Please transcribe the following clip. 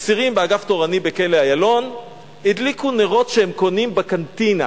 אסירים באגף תורני בכלא "איילון" הדליקו נרות שהם קונים בקנטינה.